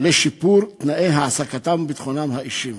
לשיפור תנאי העסקתם וביטחונם האישי.